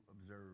observe